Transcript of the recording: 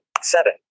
seven